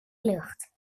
lucht